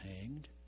hanged